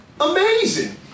Amazing